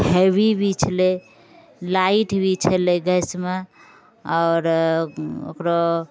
heavy भी छलै light भी छलै गैसमे आओर ओकरो